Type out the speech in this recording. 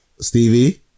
Stevie